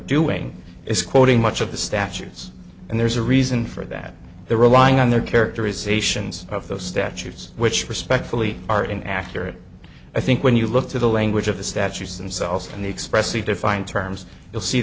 doing is quoting much of the statutes and there's a reason for that they're relying on their characterizations of those statues which respectfully are inaccurate i think when you look to the language of the statutes themselves and they express the defined terms you'll see